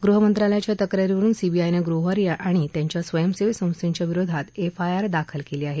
गृहमंत्रालयाच्या तक्रारीवरुन सीबीआयनं ग्रोव्हर आणि त्यांच्या स्वयंसेवी संस्थैच्या विरोधात एफआयआर दाखल केली आहे